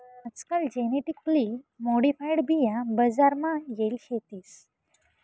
आजकाल genetically modified बिया बजार मा येल शेतीस